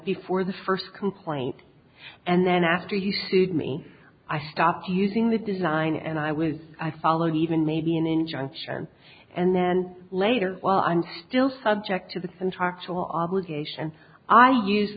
before the first complaint and then after he sued me i stopped using the design and i was i followed even maybe an injunction and then later well i'm still subject to the same talk show obligation i use